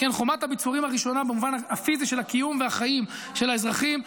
חומת הביצורים הראשונה במובן הפיזי של הקיום והחיים של האזרחים.